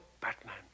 Batman